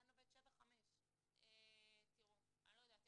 הגן עובד 7/5. אני לא יודעת.